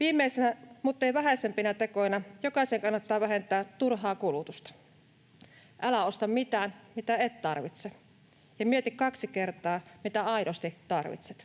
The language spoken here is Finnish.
Viimeisenä muttei vähäisimpänä tekona jokaisen kannattaa vähentää turhaa kulutusta. Älä osta mitään, mitä et tarvitse, ja mieti kaksi kertaa, mitä aidosti tarvitset.